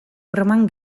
broman